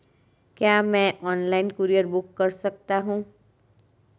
क्या मैं online courier book कर सकता हूँ?